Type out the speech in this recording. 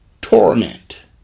torment